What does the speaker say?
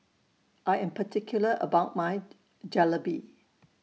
I Am particular about My Jalebi